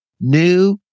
new